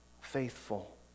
faithful